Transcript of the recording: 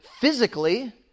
physically